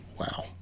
Wow